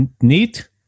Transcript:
neat